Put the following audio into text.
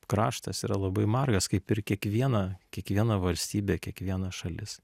kraštas yra labai margas kaip ir kiekviena kiekviena valstybė kiekviena šalis